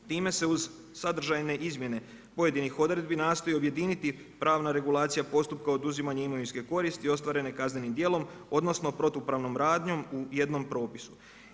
Time se uz sadržajne izmjene pojedinih odredbi nastoji objediniti pravna regulacija postupka oduzimanja imovinske koristi ostvarene kaznenim djelom odnosno protupravnom radnjom u jednom propisu.